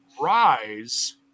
Rise